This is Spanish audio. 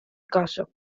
caso